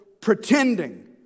pretending